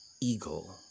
eagle